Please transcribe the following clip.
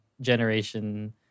Generation